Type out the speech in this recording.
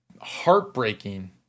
heartbreaking